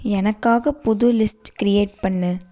எனக்காக புது list create பண்ணு